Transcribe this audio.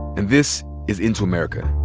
and this is into america.